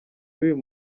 y’uyu